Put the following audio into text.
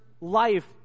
life